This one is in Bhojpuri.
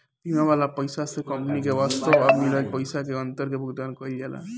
बीमा वाला पइसा से कंपनी के वास्तव आ मिलल पइसा के अंतर के भुगतान कईल जाला